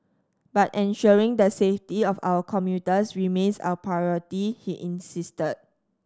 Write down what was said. but ensuring the safety of our commuters remains our priority he insisted